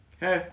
!hey!